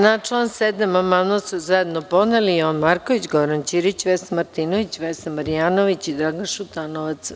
Na član 7. amandman su zajedno podneli Jovan Marković, Goran Ćirić, Vesna Martinović, Vesna Marjanović i Dragan Šutanovac.